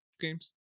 games